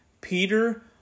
Peter